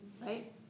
right